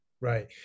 Right